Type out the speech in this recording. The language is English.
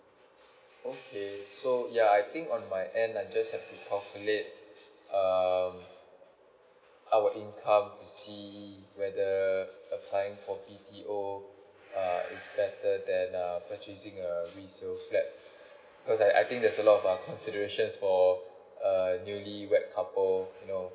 okay so yeah I think on my end I just have to calculate um our income to see whether applying for B_T_O uh is better than uh purchasing a resale flat cause I I think there's a lot of uh consideration for a newly wed couple you know